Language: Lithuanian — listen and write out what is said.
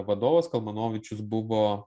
vadovas kalmanovičius buvo